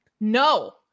No